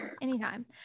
anytime